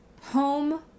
home